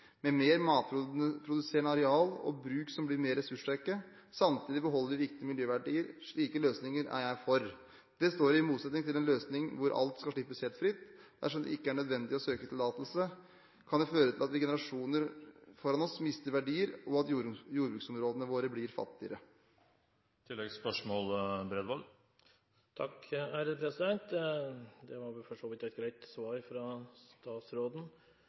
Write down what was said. med mer matproduserende areal og med bruk som blir mer ressurssterke, og samtidig beholder vi viktige miljøverdier. Slike løsninger er jeg for. Det står i motsetning til en løsning hvor alt skal slippes helt fritt. Dersom det ikke er nødvendig å søke tillatelse, kan det føre til at generasjoner foran oss mister verdier, og at jordbruksområdene våre blir fattigere. Det var for så vidt et greit svar fra statsråden.